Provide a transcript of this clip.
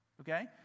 okay